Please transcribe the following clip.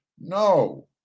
No